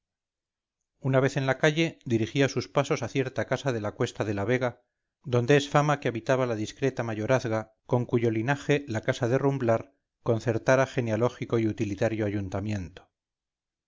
una vez en la calle dirigía sus pasos a cierta casa de la cuesta de la vega donde es fama que habitaba la discreta mayorazga concuyo linaje la casa de rumblar concertara genealógico y utilitario ayuntamiento